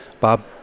Bob